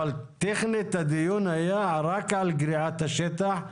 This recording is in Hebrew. אבל טכנית הדיון היה רק על גריעת השטח.